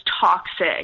toxic